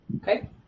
Okay